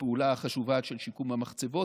לפעולה החשובה של שיקום המחצבות,